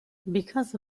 because